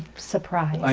surprise.